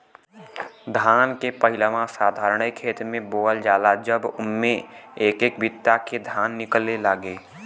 धान के पहिलवा साधारणे खेत मे बोअल जाला जब उम्मे एक एक बित्ता के धान निकले लागे